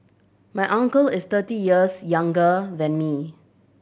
my uncle is thirty years younger than me